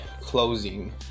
closing